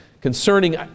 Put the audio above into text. concerning